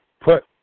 put